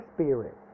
Spirit